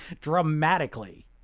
dramatically